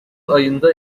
ayında